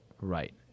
right